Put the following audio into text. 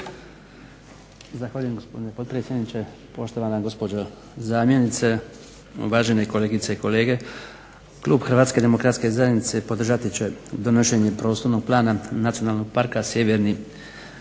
Zahvaljujem gospodine potpredsjedniče, poštovana gospođo zamjenice, uvažene kolegice i kolege. Klub Hrvatske demokratske zajednice podržati će donošenje prostornog plana Nacionalnog parka Sjeverni